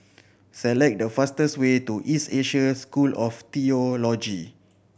select the fastest way to East Asia School of Theology